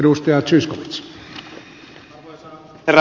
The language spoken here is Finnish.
arvoisa herra puhemies